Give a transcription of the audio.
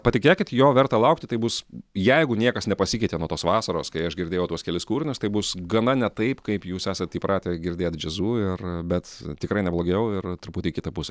patikėkit jo verta laukti tai bus jeigu niekas nepasikeitė nuo tos vasaros kai aš girdėjau tuos kelis kūrinius tai bus gana ne taip kaip jūs esat įpratę girdėt džiazua ir bet tikrai ne blogiau ir truputį į kitą pusę